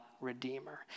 Redeemer